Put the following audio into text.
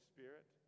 Spirit